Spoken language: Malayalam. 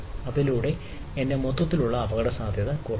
അതിലൂടെ എന്റെ മൊത്തത്തിലുള്ള അപകടസാധ്യത കുറയുന്നു